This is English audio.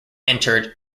entered